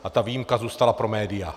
A ta výjimka zůstala pro média.